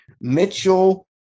Mitchell